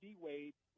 D-Wade